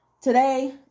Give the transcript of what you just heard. Today